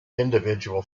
individual